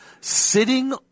sitting